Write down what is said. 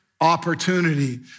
opportunity